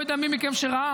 לא יודע מי מכם ראה,